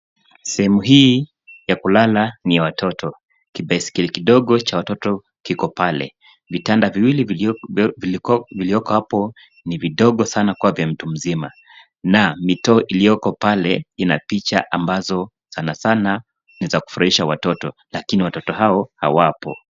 Sehemu hii ya kulala ni ya watoto. Kibetikali kidogo cha watoto kipo pale. Vitanda viwili vilivyoko hapo ni vidogo mno kwa ajili ya mtu mzima. Mito iliyopo imechorwa picha zinazowafurahisha watoto, ingawa kwa sasa watoto hao hawapo.